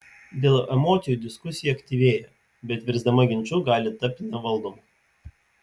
dėl emocijų diskusija aktyvėja bet virsdama ginču gali tapti nevaldoma